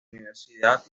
universidad